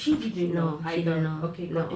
she didn't know either okay got it